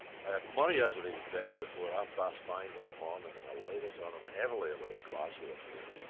i had murray out of his bed before half-past five that morning, and i laid it on him heavily about the glasgow affair,